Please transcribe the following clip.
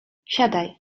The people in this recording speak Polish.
siadaj